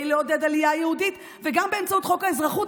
לעודד עלייה יהודית וגם באמצעות חוק האזרחות,